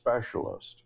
specialist